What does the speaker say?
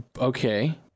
Okay